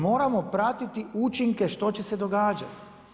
Moramo pratiti učinke što će se događati.